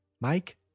Mike